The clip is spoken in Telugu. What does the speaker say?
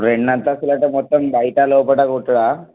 ఇప్పుడు రెండు అంతస్తులంటే మొత్తం బయట లోపల కొట్టుడా